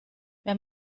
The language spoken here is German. wer